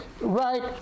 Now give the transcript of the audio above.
Right